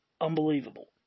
unbelievable